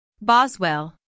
Boswell